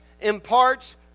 imparts